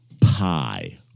pie